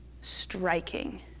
striking